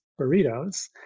burritos